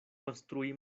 konstrui